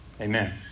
Amen